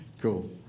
cool